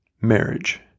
Marriage